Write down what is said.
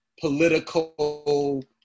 political